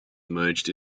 merged